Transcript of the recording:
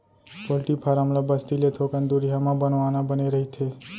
poultry farm ल बस्ती ले थोकन दुरिहा म बनवाना बने रहिथे